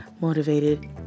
motivated